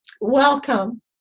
welcome